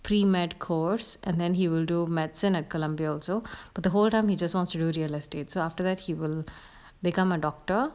pre-med course and then he will do medicine at columbia also but the whole time he just want to do real estate so after that he will become a doctor